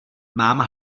mám